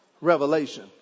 revelation